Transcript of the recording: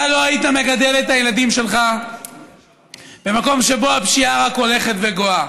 אתה לא היית מגדל את הילדים שלך במקום שבו הפשיעה רק הולכת וגואה,